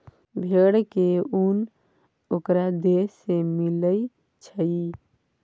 भेड़ के उन ओकरा देह से मिलई छई